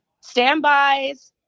standbys